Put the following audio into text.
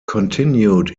continued